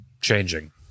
changing